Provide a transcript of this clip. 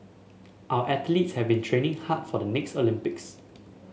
our athletes have been training hard for the next Olympics